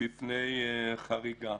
מפני חריגה.